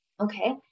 okay